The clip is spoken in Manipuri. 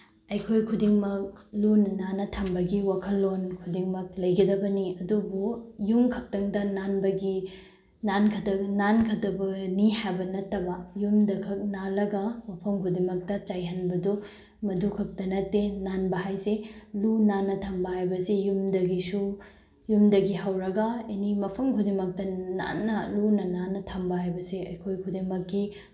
ꯑꯩꯈꯣꯏ ꯈꯨꯗꯤꯡꯃꯛ ꯂꯨꯅ ꯅꯥꯟꯅ ꯊꯝꯕꯒꯤ ꯋꯥꯈꯜꯂꯣꯜ ꯈꯨꯗꯤꯡꯃꯛ ꯂꯩꯒꯗꯕꯅꯤ ꯑꯗꯨꯕꯨ ꯌꯨꯝꯈꯛꯇꯪꯗ ꯅꯥꯟꯕꯒꯤ ꯅꯥꯟꯒꯗꯕꯅꯤ ꯍꯥꯏꯕ ꯅꯠꯇꯕ ꯌꯨꯝꯗꯈꯛ ꯅꯥꯜꯂꯒ ꯃꯐꯝ ꯈꯨꯗꯤꯡꯃꯛꯇ ꯆꯥꯏꯍꯟꯕꯗꯨ ꯃꯗꯨ ꯈꯛꯇ ꯅꯠꯇꯦ ꯅꯥꯟꯕ ꯍꯥꯏꯁꯦ ꯂꯨ ꯅꯥꯟꯅ ꯊꯝꯕ ꯍꯥꯏꯕꯁꯤ ꯌꯨꯝꯗꯒꯤꯁꯨ ꯌꯨꯝꯗꯒꯤ ꯍꯧꯔꯒ ꯑꯦꯅꯤ ꯃꯐꯝ ꯈꯨꯗꯤꯡꯃꯛꯇ ꯅꯥꯟꯅ ꯂꯨꯅ ꯅꯥꯟꯅ ꯊꯝꯕ ꯍꯥꯏꯕꯁꯤ ꯑꯩꯈꯣꯏ ꯈꯨꯗꯤꯡꯃꯛꯀꯤ